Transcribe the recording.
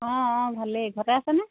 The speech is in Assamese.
অঁ অ ভালেই ঘৰতে আছেনে